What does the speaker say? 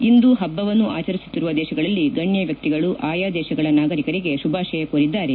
ಇಂದು ಹಬ್ಬವನ್ನು ಆಚರಿಸುತ್ತಿರುವ ದೇಶಗಳಲ್ಲಿ ಗಣ್ಯವ್ಹಿಗಳು ಆಯಾ ದೇಶಗಳ ನಾಗರಿಕರಿಗೆ ಶುಭಾಷಯ ಕೋರಿದ್ದಾರೆ